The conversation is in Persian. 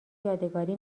یادگاری